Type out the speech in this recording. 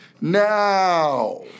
now